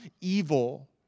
evil